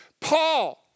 Paul